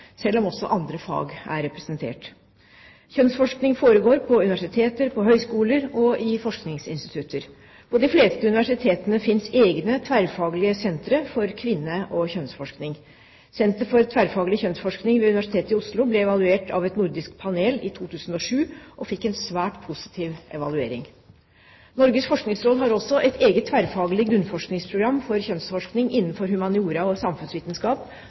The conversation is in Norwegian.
selv om også andre fag er representert. Kjønnsforskning foregår på universiteter, på høyskoler og i forskningsinstitutter. På de fleste universitetene finnes egne tverrfaglige sentre for kvinne- og kjønnsforskning. Senter for tverrfaglig kjønnsforskning ved Universitetet i Oslo ble evaluert av et nordisk panel i 2007, og fikk en svært positiv evaluering. Norges forskningsråd har også et eget tverrfaglig grunnforskningsprogram for kjønnsforskning innenfor humaniora og samfunnsvitenskap,